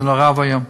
זה נורא ואיום.